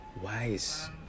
Wise